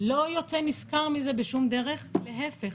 לא יוצא נשכר מזה בשום דרך, להיפך